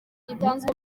gitanzwe